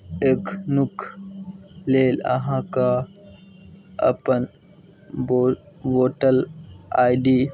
एखनुक लेल अहाँकेँ अपन बो वोटर आइ डी